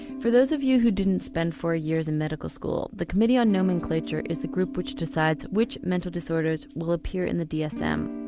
for those of you who didn't spend four years in medical school, the committee on nomenclature is the group which decides which mental disorders will appear in the dsm.